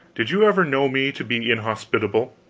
did you ever know me to be inhospitable?